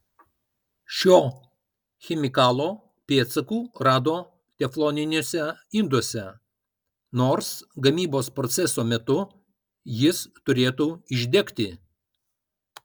šio chemikalo pėdsakų rado tefloniniuose induose nors gamybos proceso metu jis turėtų išdegti